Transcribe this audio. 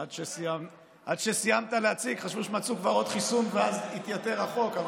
עד שסיימת להציג חשבו שמצאו כבר עוד חיסון ואז התייתר החוק.